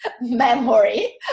memory